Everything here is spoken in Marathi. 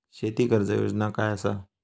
शेती कर्ज योजना काय असा?